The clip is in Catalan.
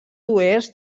oest